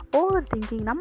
overthinking